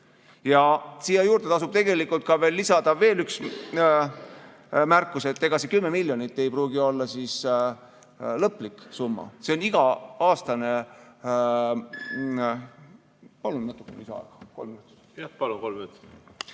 Ja siia juurde tasub tegelikult lisada veel üks märkus, et ega see 10 miljonit ei pruugi olla lõplik summa. See on iga-aastane ... Palun natuke lisaaega! Kolm minutit.